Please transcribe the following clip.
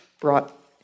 brought